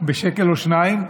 בשקל או שניים,